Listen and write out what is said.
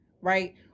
right